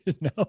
No